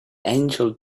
angel